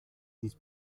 dies